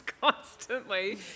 constantly